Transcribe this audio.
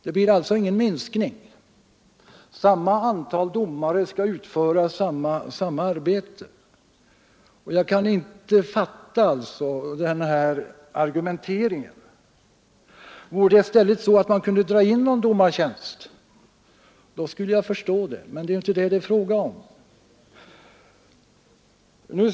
Det blir alltså fortfarande samma antal domare, som skall utföra samma arbete. Jag kan inte förstå den argumentering som här förs. Vore det i stället så, att man kunde dra in en domartjänst, skulle jag förstå det, men det är det inte fråga om.